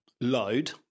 load